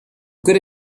good